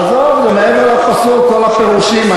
עזוב, זה מעבר לפסוק, כל הפירושים.